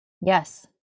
Yes